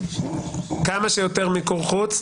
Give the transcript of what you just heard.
כמה שיותר מיקור חוץ,